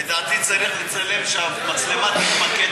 לדעתי צריך לצלם, שהמצלמה תתמקד